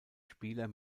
spieler